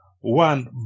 one